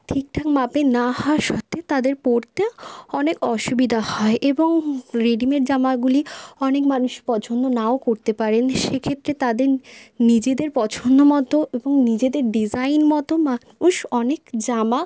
ঠিকঠাক মাপের না হওয়া সত্ত্বেও তাদের পরতে অনেক অসুবিধা হয় এবং রেডিমেড জামাগুলি অনেক মানুষ পছন্দ নাও করতে পারেন সেক্ষেত্রে তাদের নিজেদের পছন্দমতো এবং নিজেদের ডিজাইনমতো মানুষ অনেক জামা